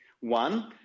One